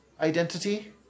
identity